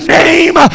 name